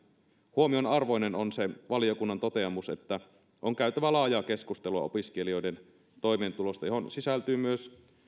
huomionarvoinen on se valiokunnan toteamus että on käytävä laajaa keskustelua opiskelijoiden toimeentulosta mihin sisältyy myös